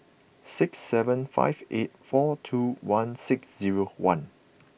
six seven five eight four two one six zero one